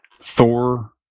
Thor